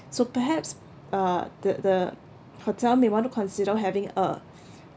so perhaps uh the the hotel may want to consider having a